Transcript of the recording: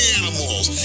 animals